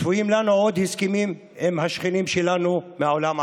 צפויים לנו עוד הסכמים עם השכנים שלנו בעולם הערבי.